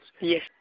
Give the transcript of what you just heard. Yes